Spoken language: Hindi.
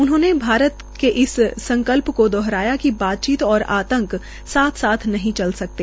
उन्होंने भारत के इस संकल्प को दोहराया कि बातचीत और आंतक साथ साथ नहीं चल सकते